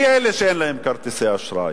מי הם אלה שאין להם כרטיסי אשראי?